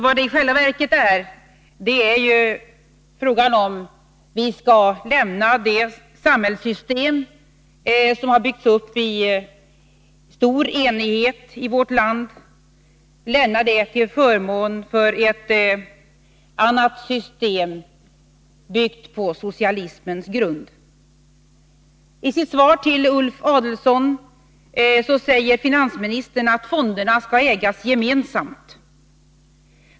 Vad det i själva verket är fråga om är om vi skall lämna det samhällssystem i vårt land som har byggts i stor enighet till förmån för ett annat system, byggt på socialismens grunder. I sitt svar till Ulf Adelsohn säger finansministern att fonderna skall ägas gemensamt.